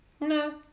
No